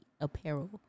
apparel